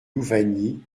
louvagny